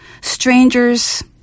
strangers